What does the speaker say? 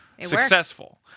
successful